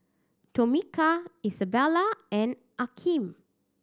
Tomika Isabella and Akeem